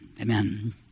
Amen